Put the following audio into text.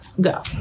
go